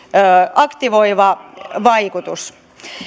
aktivoiva vaikutus